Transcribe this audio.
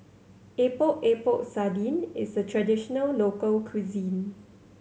Epok Epok Sardin is a traditional local cuisine